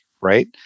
right